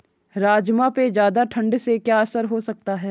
राजमा पे ज़्यादा ठण्ड से क्या असर हो सकता है?